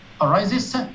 arises